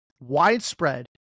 widespread